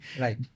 Right